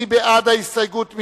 מי בעד ההסתייגות?